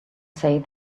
say